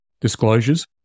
disclosures